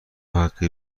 حقی